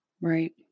right